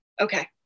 Okay